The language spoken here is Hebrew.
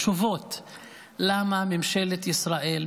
למה ממשלת ישראל,